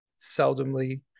seldomly